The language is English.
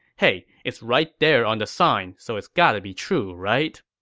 hey, it's right there on the sign, so it's got to be true, right?